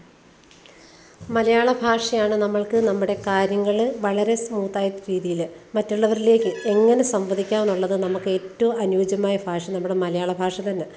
മലയാള ഭാഷയാണ് നമ്മൾക്ക് നമ്മുടെ കാര്യങ്ങള് വളരെ സ്മൂത്തായ രീതിയില് മറ്റുള്ളവരിലേക്ക് എങ്ങനെ സംവദിക്കാമെന്നുള്ളത് നമുക്കേറ്റവും അനുയോജ്യമായ ഭാഷ നമ്മടെ മലയാള ഭാഷ തന്നെ